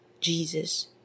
Jesus